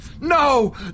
No